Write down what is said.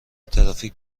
ترافیک